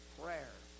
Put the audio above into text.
prayer